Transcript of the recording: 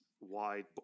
wide